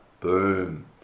Boom